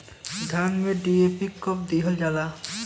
धान में डी.ए.पी कब दिहल जाला?